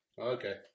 Okay